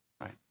right